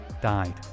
died